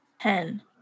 Ten